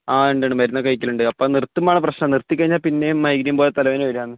ആ ഉണ്ട് ഉണ്ട് മരുന്നൊക്കെ കഴിക്കലുണ്ട് അപ്പോൾ നിർത്തുമ്പോൾ ആണ് പ്രശ്നം നിർത്തി കഴിഞ്ഞാൽ പിന്നെയും മൈഗ്രേൻ പോലെ തലവേദന വരുകയാണ്